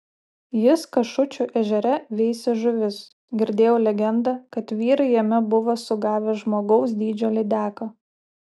jis kašučių ežere veisė žuvis girdėjau legendą kad vyrai jame buvo sugavę žmogaus dydžio lydeką